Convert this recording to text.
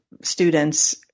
students